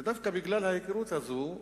ודווקא בגלל ההיכרות הזאת,